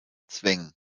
zwingen